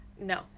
No